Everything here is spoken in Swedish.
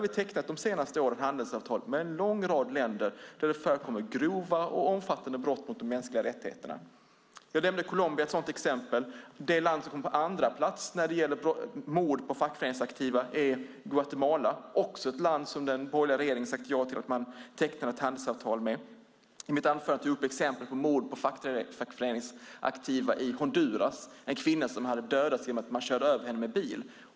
Vi har de senaste åren tecknat handelsavtal med en lång rad länder där det förekommer grova och omfattande brott mot de mänskliga rättigheterna. Jag nämnde Colombia som ett exempel. Det land som kommer på andra plats när det gäller mord på fackföreningsaktiva är Guatemala. Också det är ett land som den borgerliga regeringen har sagt ja till att teckna handelsavtal med. I mitt anförande tog jag exempel på mord på fackföreningsaktiva i Honduras, där en kvinna hade dödats genom att man körde över henne med bil.